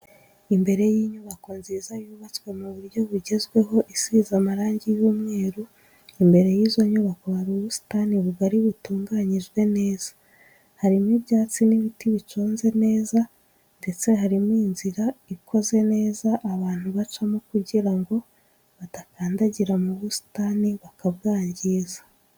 Imbere y'inyubako nziza yubatswe mu buryo bugezweho isize amarangi y'umweru, imbere y'izo nyubako hari ubusitani bugari butunganyijwe neza, harimo ibyatsi n'ibiti biconze neza ndetse harimo inzira ikoze neza abantu bacamo kugira ngo badakandagira mu busitani bakabwangiza.